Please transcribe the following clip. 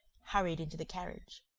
hurried into the carriage.